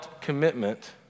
commitment